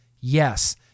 Yes